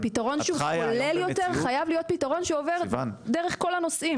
ופתרון שהוא כולל יותר חייב להיות פתרון שעובר דרך כל הנושאים.